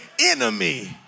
enemy